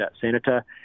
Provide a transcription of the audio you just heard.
senator